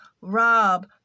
Rob